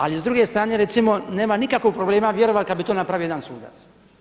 Ali s druge strane recimo nema nikakvog problema vjerovati kad bi to napravio jedan sudac.